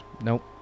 Nope